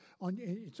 on